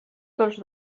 dels